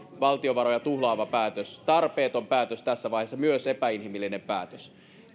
valtion varoja tuhlaava päätös tarpeeton päätös tässä vaiheessa myös epäinhimillinen päätös